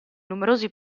numerosi